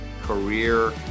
career